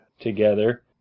together